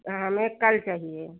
हमें कल चाहिए